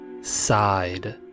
side